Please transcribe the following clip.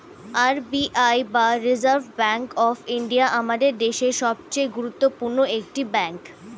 R B I বা Reserve Bank of India আমাদের দেশের সবচেয়ে গুরুত্বপূর্ণ একটি ব্যাঙ্ক